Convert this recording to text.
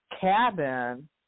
cabin